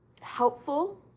helpful